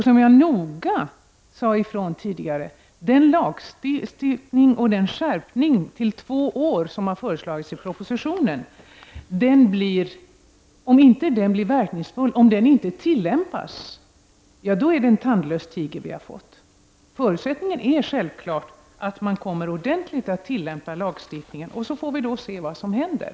Som jag noga sade ifrån tidigare: Om den lagstiftning och den skärpning till två år som har föreslagits i propositionen inte tillämpas, då är det en tandlös tiger vi har fått. Förutsättningen är självklart att man kommer att tilllämpa lagstiftningen ordentligt, och så får vi då se vad som händer.